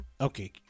Okay